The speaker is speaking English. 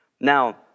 Now